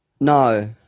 No